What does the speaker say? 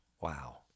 Wow